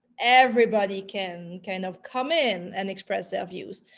everybody can kind of come in and express our views,